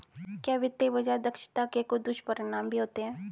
क्या वित्तीय बाजार दक्षता के कुछ दुष्परिणाम भी होते हैं?